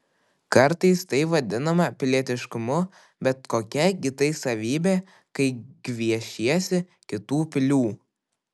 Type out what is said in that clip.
kartais tai vadinama pilietiškumu bet kokia gi tai savybė kai gviešiesi kitų pilių